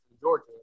Georgia